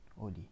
Oli